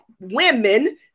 women